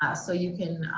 so you can